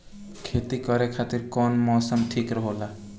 खेती करे खातिर कौन मौसम ठीक होला?